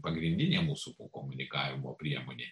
pagrindinė mūsų komunikavimo priemonė